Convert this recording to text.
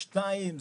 שניים,